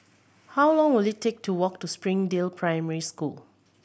how long will it take to walk to Springdale Primary School